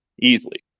easily